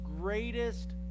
greatest